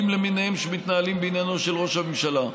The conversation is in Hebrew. למיניהם שמתנהלים בעניינו של ראש הממשלה.